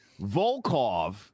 Volkov